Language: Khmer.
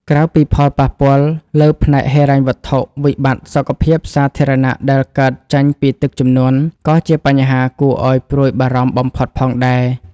ក្រៅពីផលប៉ះពាល់លើផ្នែកហិរញ្ញវត្ថុ វិបត្តិសុខភាពសាធារណៈដែលកើតចេញពីទឹកជំនន់ ក៏ជាបញ្ហាគួរឱ្យព្រួយបារម្ភបំផុតផងដែរ។